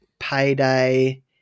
payday